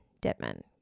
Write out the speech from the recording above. ditman